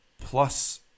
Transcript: plus